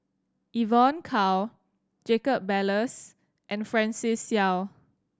Evon Kow Jacob Ballas and Francis Seow